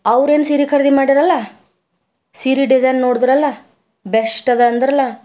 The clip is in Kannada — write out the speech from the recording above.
ಅವ್ರೇನು ಸೀರೆ ಖರೀದಿ ಮಾಡ್ಯರಲ್ಲಾ ಸೀರೆ ಡಿಸೈನ್ ನೋಡಿದ್ರಲ್ಲಾ ಬೆಷ್ಟ್ ಅದ ಅಂದರಲ್ಲಾ